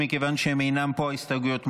מכיוון שהם אינם פה ההסתייגויות מוסרות.